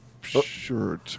Sure